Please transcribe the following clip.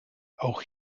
auch